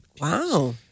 wow